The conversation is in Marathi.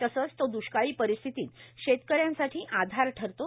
तसेच तो दृष्काळी परिस्थितीत शेतकऱ्यांसाठी आधार ठरतो